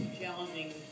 challenging